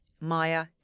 maya